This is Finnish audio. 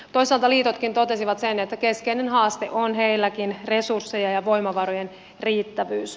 toisaalta liitotkin totesivat sen että keskeinen haaste on heilläkin resurssien ja voimavarojen riittävyys